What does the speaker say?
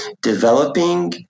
developing